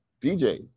DJ